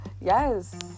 yes